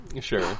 sure